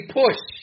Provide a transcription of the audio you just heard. push